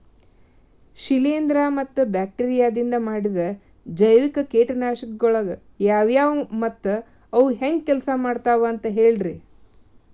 ಶಿಲೇಂಧ್ರ ಮತ್ತ ಬ್ಯಾಕ್ಟೇರಿಯದಿಂದ ಮಾಡಿದ ಜೈವಿಕ ಕೇಟನಾಶಕಗೊಳ ಯಾವ್ಯಾವು ಮತ್ತ ಅವು ಹೆಂಗ್ ಕೆಲ್ಸ ಮಾಡ್ತಾವ ಅಂತ ಹೇಳ್ರಿ?